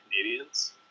Canadians